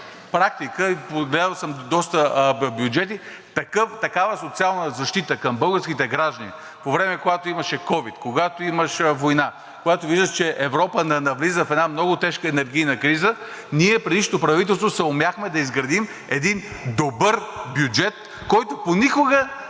практика и съм гледал доста бюджети, досега такава социална защита към българските граждани по време, когато имаше ковид, когато имаше война, когато виждаш, че Европа навлиза в една много тежка енергийна криза, ние, предишното правителство, съумяхме да изградим един добър бюджет, който по никакъв